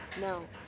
No